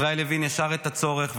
ישראל הבין ישר את הצורך,